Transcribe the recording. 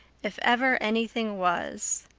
if ever anything was.